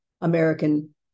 American